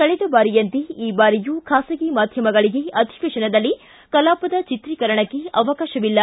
ಕಳೆದ ಬಾರಿಯಂತೆ ಈ ಬಾರಿಯೂ ಬಾಸಗಿ ಮಾಧ್ಯಮಗಳಿಗೆ ಅಧಿವೇತನದಲ್ಲಿ ಕಲಾಪದ ಚಿತ್ರೀಕರಣಕ್ಕೆ ಅವಕಾಶವಿಲ್ಲ